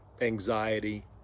anxiety